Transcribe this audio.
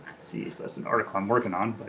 see, that's an article i'm working on.